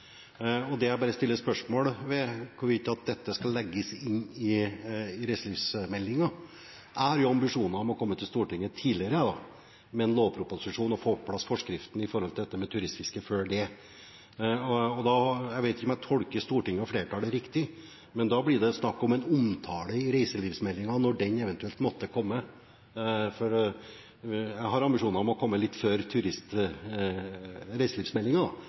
Jeg stiller spørsmål ved hvorvidt dette skal legges inn i reiselivsmeldingen. Jeg har ambisjoner om å komme til Stortinget med en lovproposisjon og få på plass forskriften om turistfiske før det. Jeg vet ikke om jeg tolker stortingsflertallet riktig, men da blir det snakk om en omtale i reiselivsmeldingen når den eventuelt måtte komme. Jeg har ambisjoner om å komme med en lovproposisjon litt før